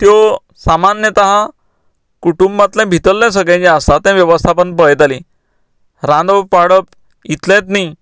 त्यो सामान्यतहा कुटूंबातले भितरलें सगळें आसा तें वेवस्थापन पळयतलीं रांदप वाडप इतलेंच न्ही